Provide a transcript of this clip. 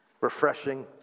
Refreshing